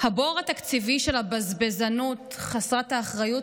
הבור התקציבי של הבזבזנות חסרת האחריות